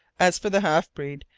as for the half-breed,